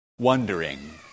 wondering